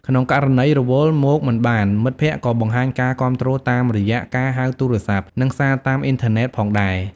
ក្នុងករណីរវល់ មកមិនបាន មិត្តភក្តិក៏បង្ហាញការគាំទ្រតាមរយៈការហៅទូរសព្ទ និងសារតាមអ៊ីនធឺណិតផងដែរ។